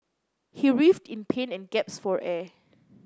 he writhed in pain and gasped for air